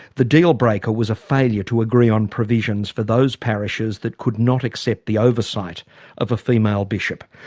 the deal breaker was a failure to agree on provisions for those parishes that could not accept the oversight of a female bishop.